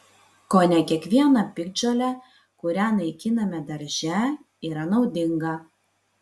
kone kiekviena piktžolė kurią naikiname darže yra naudinga